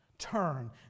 Turn